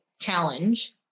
challenge